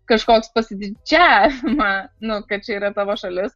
kažkoks pasididžiavimą nu kad čia yra tavo šalis